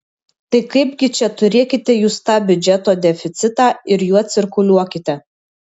tai kaipgi čia turėkite jūs tą biudžeto deficitą ir juo cirkuliuokite